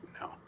no